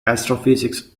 astrophysics